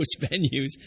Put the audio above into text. venues